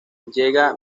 llega